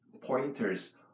pointers